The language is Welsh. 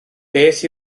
beth